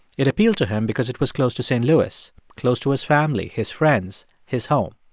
it appealed to him because it was close to st. louis, close to his family, his friends, his home.